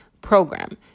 program